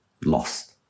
lost